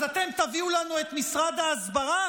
אז אתם תביאו לנו את משרד ההסברה?